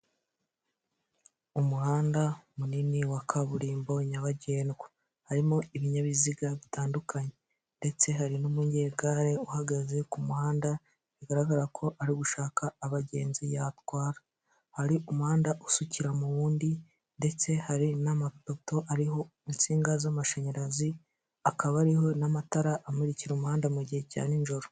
Umuhanda munini wa kaburimbo nyabagendwa harimo ibinyabiziga bitandukanye ndetse hari n'umunyegare uhagaze ku muhanda bigaragara ko ari gushaka abagenzi yatwara hari umuhanda usukira mu wundi ndetse hari n'amapato ariho insinga z'amashanyarazi akaba ariho n'amatara amukira umuhanda mu gihe cya n'ijoro.